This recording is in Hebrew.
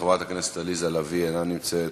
חברת הכנסת עליזה לביא, אינה נמצאת.